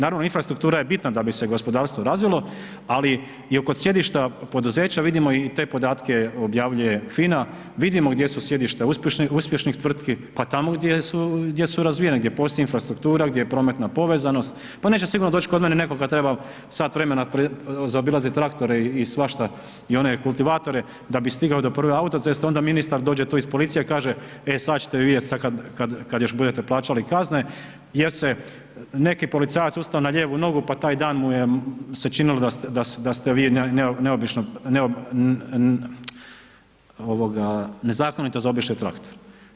Naravno infrastruktura je bitna da bi se gospodarstvo razvilo ali je i kod sjedišta poduzeća vidimo te podatke objavljuje FINA, vidimo gdje su sjedišta uspješnih tvrtki, pa tamo gdje su razvijena gdje postoji infrastruktura, gdje je prometna povezanosti, pa neće sigurno doći kod mene netko kad treba sat vremena zaobilazit traktore i svašta i one kultivatore da bi stigao do prve autoceste onda ministar dođe tu iz policije, e sad ćete vi vidjeti sad kad još budete plaćali kazne jer se neki policajac ustao na lijevu nogu pa taj dan mu se činilo da ste vi neobično ovoga nezakonito zaobišli traktor.